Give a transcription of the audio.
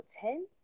ten